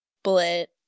split